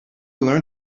learn